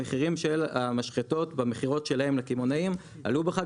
המחירים של המשחטות במכירות שלהם לקמעונאים עלו בחג,